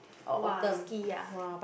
!woah! ski ah